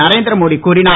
நரேந்திர மோடி கூறினார்